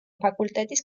ფაკულტეტის